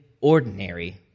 ordinary